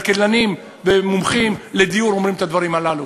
כלכלנים ומומחים לדיור אומרים את הדברים הללו.